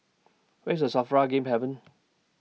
Where IS SAFRA Game Haven